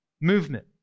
movement